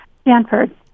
Stanford